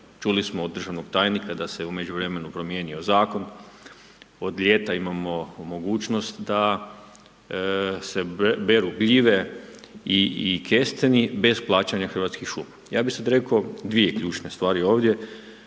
čuli smo od državnog tajnika da se u međuvremenu promijenio zakon, od ljeta imamo mogućnost da se beru gljive i kesteni bez plaćanja Hrvatskih šuma. Ja bi sad rekao dvije ključne stvari ovdje,